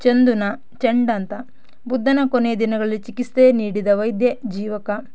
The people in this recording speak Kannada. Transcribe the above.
ಚಂದುನಾ ಚಂಡಂತ ಬುದ್ಧನ ಕೊನೆ ದಿನಗಳಲ್ಲಿ ಚಿಕಿತ್ಸೆ ನೀಡಿದ ವೈದ್ಯ ಜೀವಕ